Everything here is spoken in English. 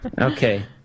Okay